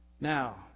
Now